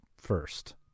first